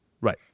Right